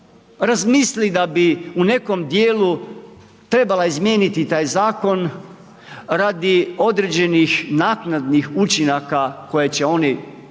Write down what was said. razmisli da bi u nekom dijelu trebala izmijeniti taj zakon radi određenih naknadnih učinaka koje će oni procijeniti,